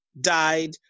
died